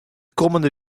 kommende